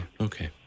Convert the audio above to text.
Okay